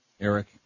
Eric